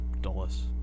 Dulles